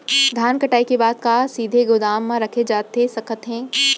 धान कटाई के बाद का सीधे गोदाम मा रखे जाथे सकत हे?